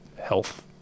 health